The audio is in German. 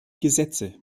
gesetze